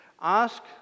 ask